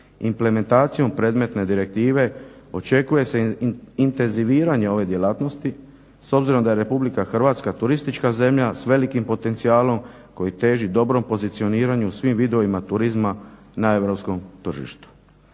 implementacijom predmetne direktive očekuje se intenziviranje ove djelatnosti s obzirom da je Republika Hrvatska turistička zemlja s velikim potencijalom koji teži dobrom pozicioniranju svim vidovima turizma na europskom tržištu.